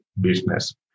business